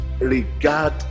regard